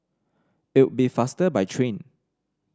it'll be faster by train